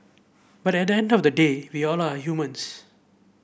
but at the end of the day we all are humans